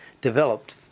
developed